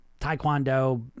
taekwondo